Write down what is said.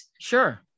Sure